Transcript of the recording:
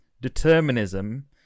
determinism